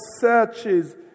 searches